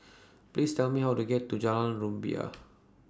Please Tell Me How to get to Jalan Rumbia